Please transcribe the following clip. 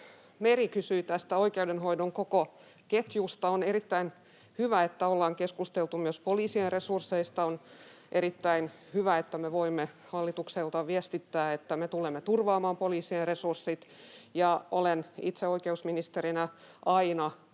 Meri kysyi tästä oikeudenhoidon koko ketjusta. On erittäin hyvä, että ollaan keskusteltu myös poliisien resursseista. On erittäin hyvä, että me voimme hallituksesta viestittää, että me tulemme turvaamaan poliisien resurssit. Ja olen itse oikeusministerinä aina